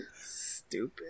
stupid